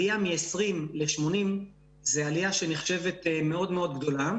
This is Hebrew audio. עלייה מ-20 ל-80 זו עלייה שנחשבת מאוד מאוד גדולה.